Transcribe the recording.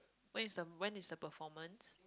when is the when is the performance